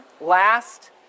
last